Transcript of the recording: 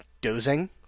dozing